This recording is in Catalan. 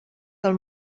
del